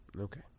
Okay